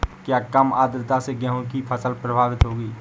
क्या कम आर्द्रता से गेहूँ की फसल प्रभावित होगी?